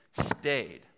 stayed